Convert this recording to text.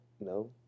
no